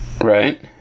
Right